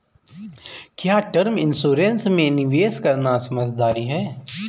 क्या term insurance में निवेश करना समझदारी है?